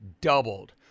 doubled